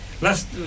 Last